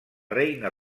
reina